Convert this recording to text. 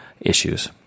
issues